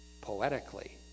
poetically